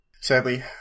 Sadly